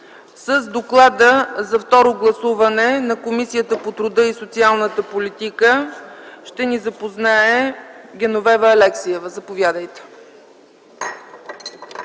С доклада за второ гласуване на Комисията по труда и социалната политика ще ни запознае Геновева Алексиева. Заповядайте.